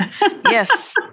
yes